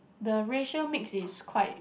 the racial mix is quite